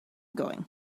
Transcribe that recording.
going